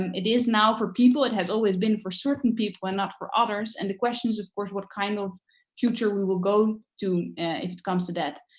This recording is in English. it is now for people, it has always been for certain people and not for others. and of course, what kind of future we will go to if it comes to that.